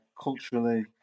culturally